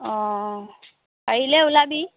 অ পাৰিলে ওলাবি